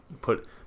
put